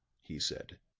he said.